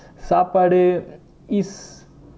சாபாடு:saapaadu is